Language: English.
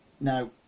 Now